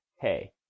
hey